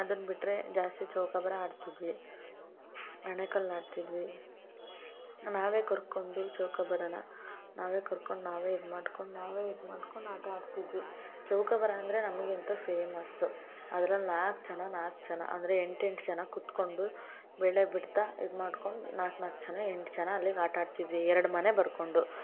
ಅದನ್ನ ಬಿಟ್ಟರೆ ಜಾಸ್ತಿ ಚೌಕಾಬಾರ ಆಡ್ತಿದ್ವಿ ಅಣೆಕಲ್ಲು ಆಡ್ತಿದ್ವಿ ನಾವೇ ಕರ್ಕೊಂಡು ಚೌಕಾಬಾರನ ನಾವೇ ಕರ್ಕೊಂಡು ನಾವೇ ಇದು ಮಾಡ್ಕೊಂಡು ನಾವೇ ಇದು ಮಾಡ್ಕೊಂಡು ಆಟ ಆಡ್ತಿದ್ವಿ ಚೌಕಾಬಾರ ಅಂದರೆ ನಮ್ಗೆಂತು ಫೇಮಸು ಅದ್ರಲ್ಲಿ ನಾಲ್ಕು ಜನ ನಾಲ್ಕು ಜನ ಅಂದರೆ ಎಂಟು ಎಂಟು ಜನ ಕುತ್ಕೊಂಡು ಬೆಳೆ ಬಿಡ್ತಾ ಇದು ಮಾಡ್ಕೊಂಡು ನಾಲ್ಕು ನಾಲ್ಕು ಜನ ಎಂಟು ಜನ ಅಲ್ಲಿಗೆ ಆಟ ಆಡ್ತಿದ್ವಿ ಎರಡು ಮನೆ ಬರ್ಕೊಂಡು